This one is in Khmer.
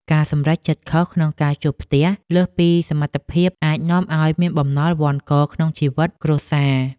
ការសម្រេចចិត្តខុសក្នុងការជួលផ្ទះលើសពីលទ្ធភាពអាចនាំឱ្យមានបំណុលវណ្ឌកក្នុងជីវិតគ្រួសារ។